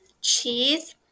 cheese